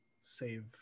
Save